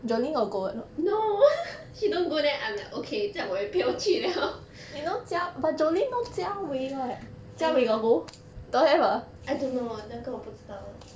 no she don't go then I'm like okay 这样我也不要去了 I don't know ah 那个我不知道